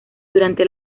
durante